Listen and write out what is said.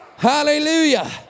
Hallelujah